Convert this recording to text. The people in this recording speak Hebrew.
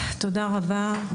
תודה רבה.